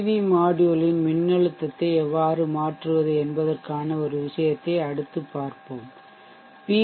we மாட்யூல்யின் மின்னழுத்தத்தை எவ்வாறு மாற்றுவது என்பதற்கான ஒரு விஷயத்தை அடுத்தது பார்ப்போம் பி